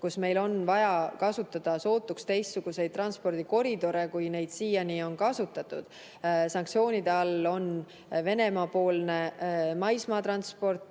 kus meil on vaja kasutada sootuks teistsuguseid transpordikoridore, kui neid siiani on kasutatud. Sanktsioonide all on Venemaa-poolne maismaatransport,